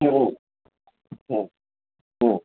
হুম হুম হুম